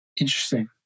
Interesting